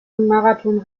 marathon